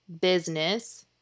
business